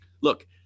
look